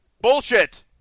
Bullshit